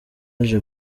aje